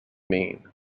mean